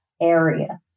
area